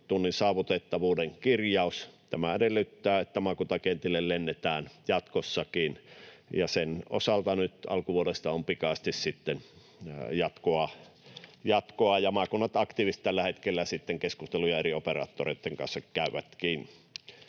saavutettavuuden kirjaus. Tämä edellyttää, että maakuntakentille lennetään jatkossakin, ja sen osalta nyt alkuvuodesta on pikaisesti sitten jatkoa, ja maakunnat aktiivisesti tällä hetkellä sitten keskusteluja eri operaattoreitten kanssa käyvätkin.